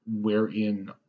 wherein